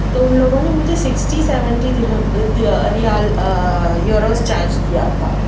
تو اُن لوگوں نے مجھے سِکسٹی سیونٹی درہم ریال یُوروز چارج کیا تھا